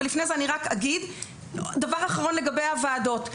אבל לפני אני רק אגיד דבר אחרון לגבי הוועדות.